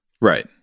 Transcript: Right